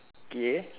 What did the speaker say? K